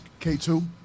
K2